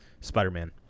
Spider-Man